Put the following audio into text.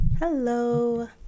Hello